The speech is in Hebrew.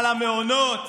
על המעונות,